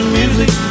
music